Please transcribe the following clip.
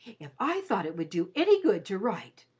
if i thought it would do any good to write,